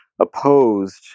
opposed